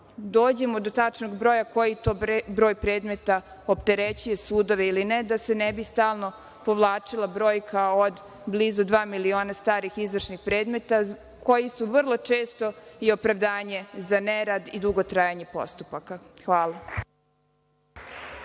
dođemo do tačnog broja predmeta koji opterećuju sudove ili ne, da se ne bi stalno povlačila brojka od blizu dva miliona starih izvršnih predmeta koji su vrlo često i opravdanje za nerad i dugo trajanje postupaka. Hvala.